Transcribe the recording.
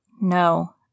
No